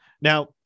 Now